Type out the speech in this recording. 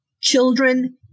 children